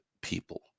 people